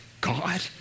God